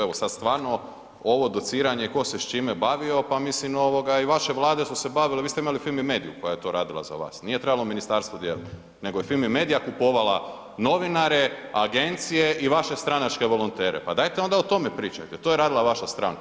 Evo, sad stvarno ovo dociranje ko se s čime bavio, pa mislim ovoga i vaše Vlade su se bavile, vi ste imali Fimi mediju koja je to radila za vas, nije trebalo ministarstvo djelovat, nego je Fimi medija kupovala novinare, agencije i vaše stranačke volontere, pa dajte onda o tome pričajte, to je radila vaša stranka.